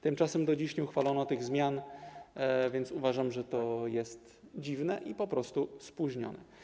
Tymczasem do dziś nie uchwalono tych zmian, więc uważam, że to jest dziwne i po prostu spóźnione.